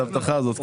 את ההבטחה הזאת,